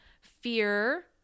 fear